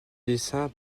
dessin